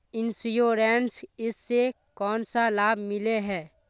Insurance इस से कोन सा लाभ मिले है?